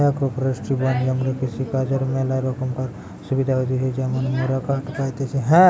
agro forestry বন জঙ্গলে কৃষিকাজর ম্যালা রোকমকার সুবিধা হতিছে যেমন মোরা কাঠ পাইতেছি